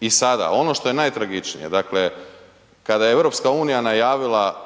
i sada ono što je najtragičnije, dakle kada je EU najavila